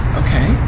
okay